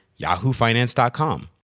yahoofinance.com